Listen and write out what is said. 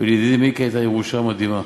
ולידידי מיקי הייתה ירושה מדהימה,